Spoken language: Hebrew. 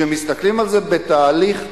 כשמסתכלים על זה בתהליך,